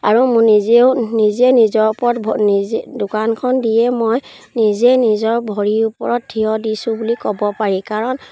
আৰু মোৰ নিজেও নিজে নিজৰ ওপৰত নিজে দোকানখন দিয়ে মই নিজে নিজৰ ভৰিৰ ওপৰত থিয় দিছোঁ বুলি ক'ব পাৰি কাৰণ